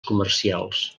comercials